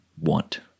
want